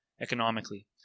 economically